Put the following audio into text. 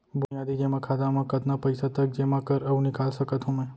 बुनियादी जेमा खाता म कतना पइसा तक जेमा कर अऊ निकाल सकत हो मैं?